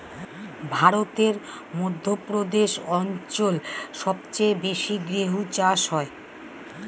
ভারতের মধ্য প্রদেশ অঞ্চল সবচেয়ে বেশি গেহু চাষ হয়